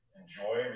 enjoy